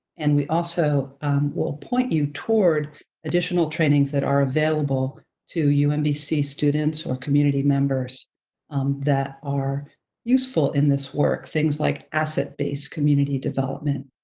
and we also will point you toward additional trainings that are available to umbc students or community members um that are useful in this work, things like asset-based community development,